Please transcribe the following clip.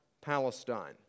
Palestine